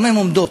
למה הן עומדות?